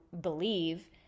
believe